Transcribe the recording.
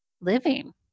living